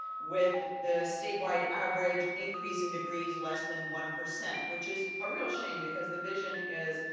with the statewide average increase in degrees less than one percent. which is a real shame, because the vision is,